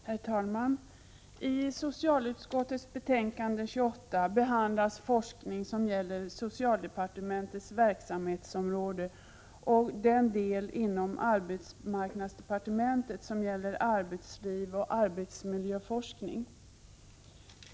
Herr talman! I socialutskottets betänkande 1986/87:28 behandlas forskning som gäller dels socialdepartementets verksamhetsområde, dels den del inom arbetsmarknadsdepartementet som gäller arbetsliv och arbetsmiljöforskning.